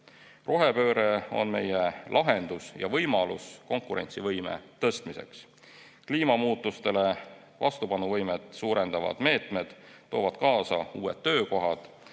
Rohepööre on meie lahendus ja võimalus konkurentsivõime tõstmiseks. Kliimamuutustele vastupanuvõimet suurendavad meetmed toovad kaasa uued töökohad,